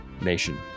Nation